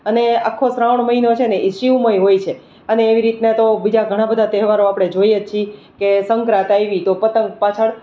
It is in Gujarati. અને આખો શ્રાવણ મહિનો છે ને એ શિવમય હોય છે અને એવી રીતના તો બીજા ઘણા બધા તહેવારો આપણે જોઈએ જ છીએ કે સંક્રાંત આવી તો પતંગ પાછળ